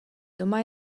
doma